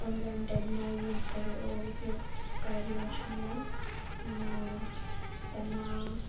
online ટેગનો ટેગનો use કરું ઉપયોગ કર્યો છે મેં તેમાં